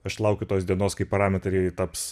aš laukiu tos dienos kai parametrai taps